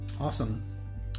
awesome